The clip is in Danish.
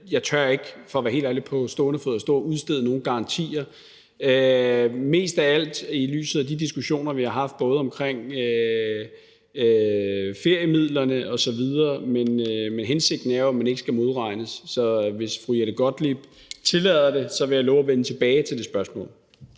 Jeg tør for at være helt ærlig ikke på stående fod at udstede nogen garantier – mest af alt i lyset af de diskussioner, vi har haft om feriemidlerne osv. Men hensigten er jo, at man ikke skal modregnes. Så hvis fru Jette Gottlieb tillader det, vil jeg love at vende tilbage til det spørgsmål.